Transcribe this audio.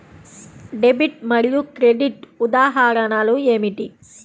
Debit మరియు credit ఉదాహరణలు ఏమిటీ?